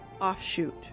offshoot